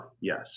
yes